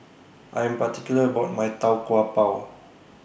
I Am particular about My Tau Kwa Pau